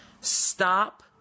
stop